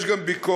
יש גם ביקורת.